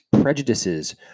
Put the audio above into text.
prejudices